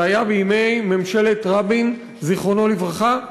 זה היה בימי ממשלת רבין, זיכרונו לברכה,